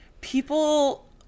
people